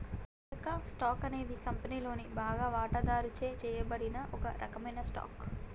లచ్చక్క, stock అనేది కంపెనీలోని బాగా వాటాదారుచే చేయబడిన ఒక రకమైన స్టాక్